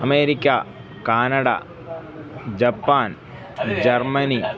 America Canada Japan Germany